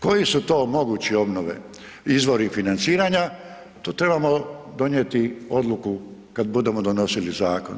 Koji se to moguće obnove, izvori financiranje, to trebamo donijeti odluku kad budemo donosili zakon.